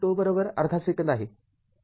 तर ζअर्धा सेकंद आहे